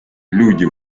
люди